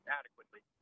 adequately